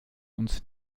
uns